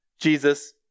jesus